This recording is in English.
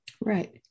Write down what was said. right